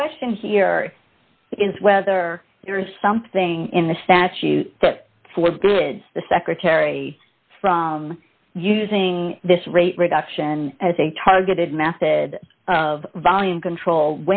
the question here is whether there is something in the statute that was good for the secretary from using this rate reduction as a targeted method of volume control